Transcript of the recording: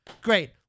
great